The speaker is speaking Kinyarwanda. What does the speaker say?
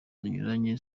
zinyuranye